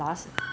um